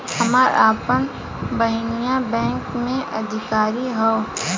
हमार आपन बहिनीई बैक में अधिकारी हिअ